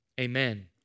Amen